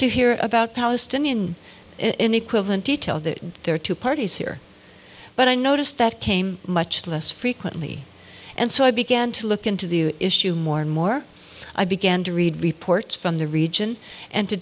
to hear about palestinian in equivalent detail that there are two parties here but i noticed that came much less frequently and so i began to look into the issue more and more i began to read reports from the region and to